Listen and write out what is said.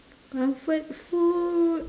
comfort food